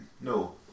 No